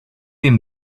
jim